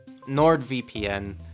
NordVPN